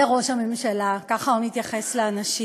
זה ראש הממשלה, ככה הוא מתייחס לאנשים.